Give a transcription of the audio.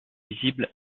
visibles